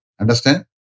Understand